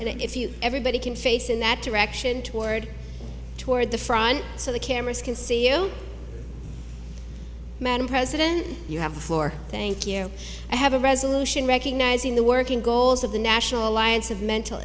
and if you everybody can face in that direction toward toward the front so the cameras can see you madam president you have the floor thank you i have a resolution recognizing the working goals of the national alliance of mental